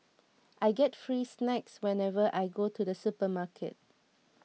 I get free snacks whenever I go to the supermarket